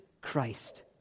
Christ